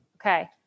Okay